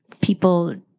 people